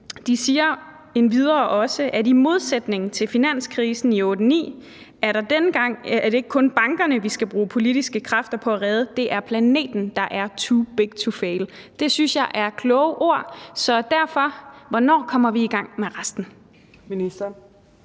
De siger endvidere, at i modsætning til finanskrisen i 2008-2009 er det denne gang ikke kun bankerne, vi politisk skal bruge kræfter på at redde. Det er planeten, der er too big to fail. Det synes jeg er kloge ord, så derfor vil jeg spørge: Hvornår kommer vi i gang med resten?